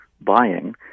buying